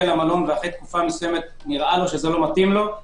למלון ואחרי תקופה נראה לו שזה לא מתאים לו,